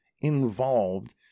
involved